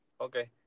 okay